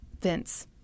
Vince